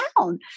down